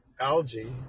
Algae